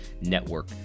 Network